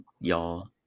y'all